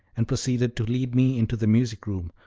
and proceeded to lead me into the music-room,